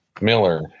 Miller